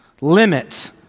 Limits